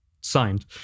signed